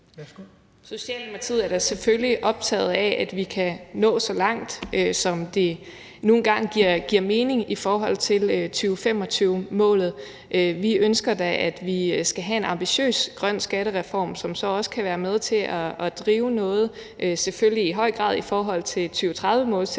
Socialdemokratiet er da selvfølgelig optaget af, at vi kan nå så langt, som det nu engang giver mening i forhold til 2025-målet. Vi ønsker da, at vi skal have en ambitiøs grøn skattereform, som selvfølgelig i høj grad også kan være med til at drive noget i forhold til 2030-målsætningen,